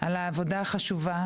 על העבודה החשובה,